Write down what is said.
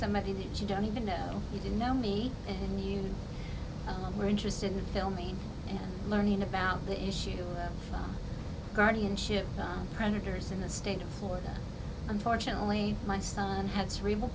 somebody that you don't even know you didn't know me and you were interested in filming and learning about the issue of guardianship predators in the state of florida unfortunately my son had cerebral